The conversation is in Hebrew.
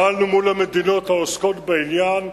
פעלנו מול המדינות העוסקות בעניין,